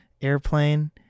airplane